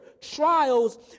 trials